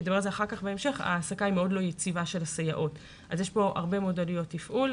שההעסקה של הסייעות היא מאוד לא יציבה,